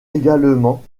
également